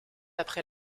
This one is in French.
après